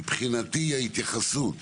מבחינתי ההתייחסות